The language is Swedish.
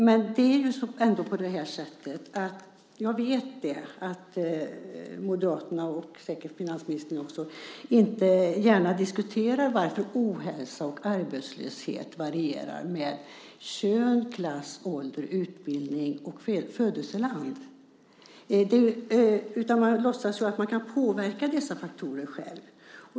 Men jag vet ändå att Moderaterna och säkert också finansministern inte gärna diskuterar varför ohälsa och arbetslöshet varierar med kön, klass, ålder, utbildning och födelseland. Ni låtsas ju att man kan påverka dessa faktorer själv.